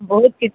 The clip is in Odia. ବହୁତ କିଛି